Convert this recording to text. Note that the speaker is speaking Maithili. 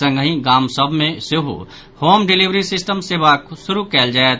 संगहि गाम सभ मे सेहो होम डिलिवरी सिस्टम सेवा शुरू कयल जायत